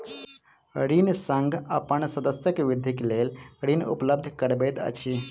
ऋण संघ अपन सदस्यक वृद्धिक लेल ऋण उपलब्ध करबैत अछि